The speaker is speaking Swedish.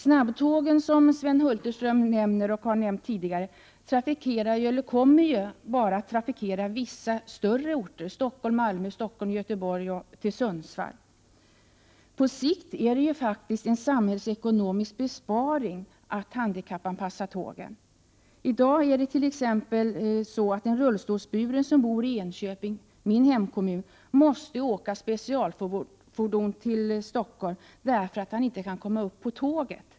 Snabbtågen, som Sven Hulterström här nämner och även tidigare har nämnt, kommer ju bara att trafikera vissa större orter. Det gäller då sträckorna Stockholm—-Malmö, <Stockholm—-Göteborg och Stockholm —Sundsvall. På sikt är det faktiskt en samhällsekonomisk besparing att handikappanpassa tågen. I dag måste t.ex. en rullstolsburen man som bor i Enköping, min hemkommun, åka med specialfordon till Stockholm, därför att han inte kan komma upp på tåget.